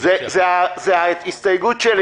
זו ההסתייגות שלי